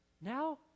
Now